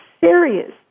serious